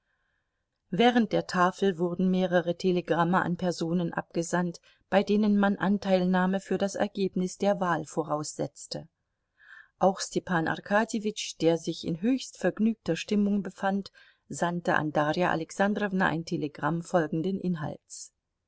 während der tafel wurden mehrere telegramme an personen abgesandt bei denen man anteilnahme für das ergebnis der wahl voraussetzte auch stepan arkadjewitsch der sich in höchst vergnügter stimmung befand sandte an darja alexandrowna ein telegramm folgenden inhalts